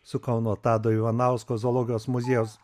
su kauno tado ivanausko zoologijos muziejaus